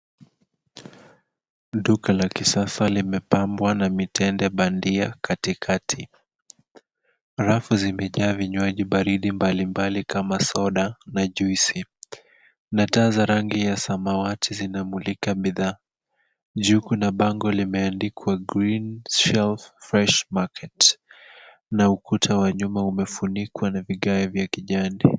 Duka la kisasa limepambwa na mitende bandia katikati. Rafu zimejaa vinywaji baridi mbalimbali kama soda na juisi, na taa za rangi ya samawati zinamulika bidhaa. Juu kuna bango limeandikwa green shelf market na ukuta wa nyuma umefunikwa na vigae vya kijani.